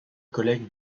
collègue